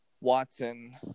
Watson